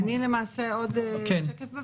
אני למעשה סיימתי.